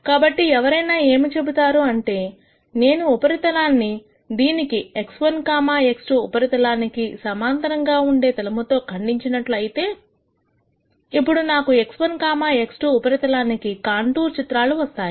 కాబట్టి ఎవరైనా ఏమి చెబుతారు అంటే నేను ఉపరితలాన్ని దీనికి x1x2 ఉపరితలానికి సమాంతరంగా ఉండే తలముతో ఖండించినట్లు అయితే ఇప్పుడు నాకు x1x2 ఉపరితలానికి కాంటూర్ చిత్రాలు వస్తాయి